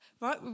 right